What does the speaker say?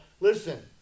listen